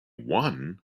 won